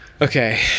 okay